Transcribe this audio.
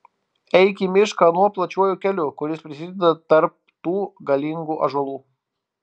eik į mišką anuo plačiuoju keliu kuris prasideda tarp tų galingų ąžuolų